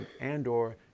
and/or